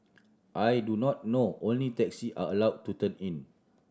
I do not know only taxis are allow to turn in